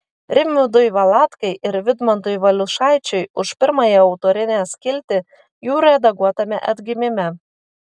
rimvydui valatkai ir vidmantui valiušaičiui už pirmąją autorinę skiltį jų redaguotame atgimime